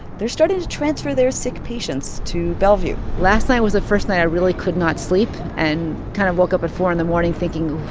they're starting to transfer their sick patients to bellevue last night was the first night i really could not sleep and kind of woke up at four in the morning thinking,